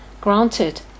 Granted